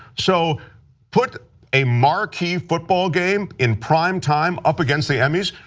so put a marquee football game in prime time up against the emmys,